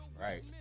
Right